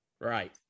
Right